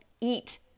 eat